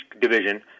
division—